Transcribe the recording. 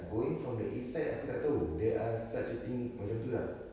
going from the east side aku tak tahu there are such a thing macam itu tak